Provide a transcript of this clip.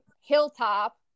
hilltop